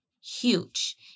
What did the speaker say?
huge